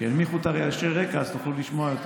כשינמיכו את רעשי הרקע, תוכלו לשמוע יותר.